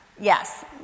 yes